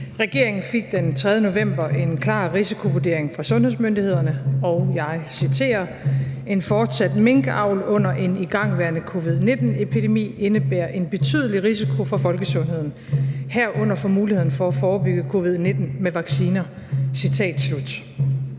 Regeringen fik den 3. november en klar risikovurdering fra sundhedsmyndighederne, og jeg citerer : »En fortsat minkavl under en igangværende COVID-19 epidemi indebærer en betydelig risiko for folkesundheden, herunder for mulighederne for at forebygge COVID-19 med vacciner.«